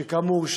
שכאמור,